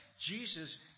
Jesus